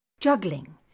Juggling